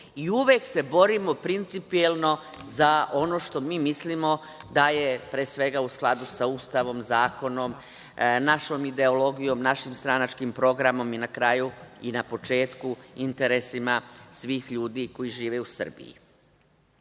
i uvek se borimo principijelno za ono što mi mislimo da je pre svega u skladu sa Ustavom, zakonom, našom ideologijom, našim stranačkim programom i na kraju i na početku, interesima svih ljudi koji žive u Srbiji. Vi